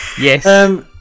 Yes